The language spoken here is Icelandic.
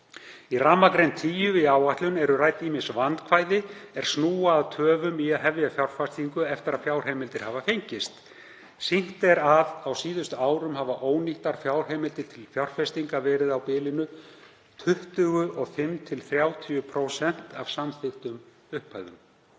Í rammagrein 10 í áætlun eru rædd ýmis vandkvæði er snúa að töfum í að hefja fjárfestingu eftir að fjárheimildir hafa fengist. Sýnt er að á síðustu árum hafi ónýttar fjárheimildir til fjárfestinga verið 25–30% af samþykktum upphæðum.